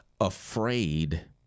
afraid